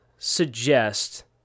suggest